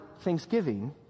thanksgiving